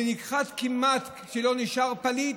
נכחד שכמעט שלא נשאר פליט,